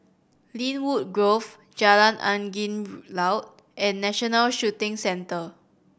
Lynwood Grove Jalan Angin Laut and National Shooting Centre